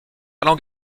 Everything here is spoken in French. langue